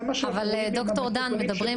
אבל ד"ר קרת,